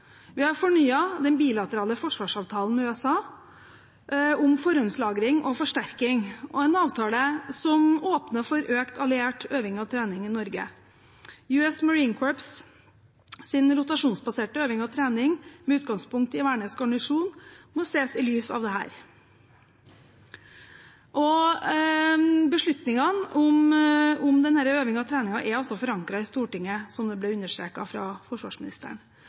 Vi har fornyet den bilaterale forsvarsavtalen med USA om forhåndslagring og forsterking og en avtale som åpner for økt alliert øving og trening i Norge. US Marine Corps’ rotasjonsbaserte øving og trening, med utgangspunkt i Værnes garnison, må ses i lys av dette. Beslutningen om denne øvingen og treningen er forankret i Stortinget, noe forsvarsministeren